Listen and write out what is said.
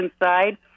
inside